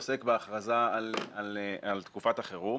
עוסק בהכרזה על תקופת החירום.